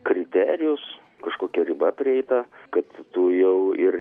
kriterijus kažkokia riba prieita kad tu jau ir